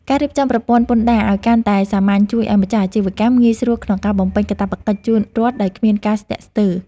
ការរៀបចំប្រព័ន្ធពន្ធដារឱ្យកាន់តែសាមញ្ញជួយឱ្យម្ចាស់អាជីវកម្មងាយស្រួលក្នុងការបំពេញកាតព្វកិច្ចជូនរដ្ឋដោយគ្មានការស្ទាក់ស្ទើរ។